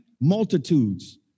Multitudes